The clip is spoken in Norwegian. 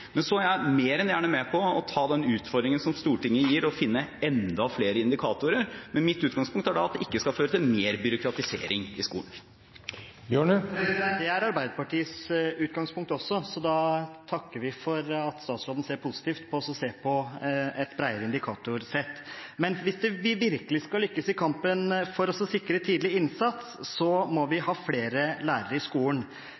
men mitt utgangspunkt er at det ikke skal føre til mer byråkratisering i skolen. Det er Arbeiderpartiets utgangspunkt også, så vi takker for at statsråden er positiv til å se på et bredere indikatorsett. Men hvis vi virkelig skal lykkes i kampen for å sikre tidlig innsats, må